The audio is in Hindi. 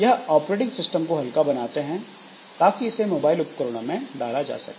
यह ऑपरेटिंग सिस्टम को हल्का बनाते हैं ताकि इसे मोबाइल उपकरणों में डाला जा सके